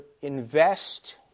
invest